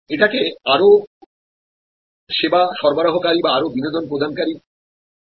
এটাকে আরও পরিষেবা সরবরাহকারী বা আরও বিনোদন প্রদানকারী সমৃদ্ধ করে